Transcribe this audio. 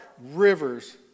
rivers